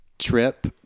trip